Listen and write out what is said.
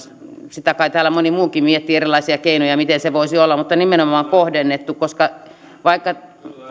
täällä kai moni muukin miettii erilaisia keinoja miten se voisi olla mutta nimenomaan kohdennettuna koska vaikka